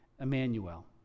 Emmanuel